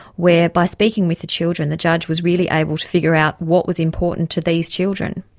where by speaking with the children the judge was really able to figure out what was important to these children.